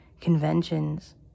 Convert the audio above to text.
conventions